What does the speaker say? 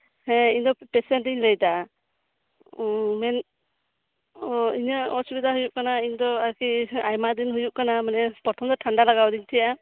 ᱦᱮᱸ ᱤᱧ ᱫᱚ ᱯᱮᱥᱮᱱᱴᱤᱧ ᱞᱟᱹᱭ ᱮᱫᱟ ᱤᱧᱟᱹᱜ ᱚᱥᱩᱵᱤᱫᱷᱟ ᱦᱩᱭᱩᱜ ᱠᱟᱱᱟ ᱤᱧ ᱫᱚ ᱟᱨᱠᱤ ᱟᱭᱢᱟ ᱫᱤᱱ ᱦᱩᱭᱩᱜ ᱠᱟᱱᱟ ᱤᱧ ᱫᱚ ᱯᱨᱚᱛᱷᱚᱢ ᱫᱚ ᱟᱨᱠᱤ ᱴᱷᱟᱱᱰᱟ ᱞᱟᱜᱟᱣᱟᱫᱤᱧ ᱛᱟᱦᱮᱸᱫᱼᱟ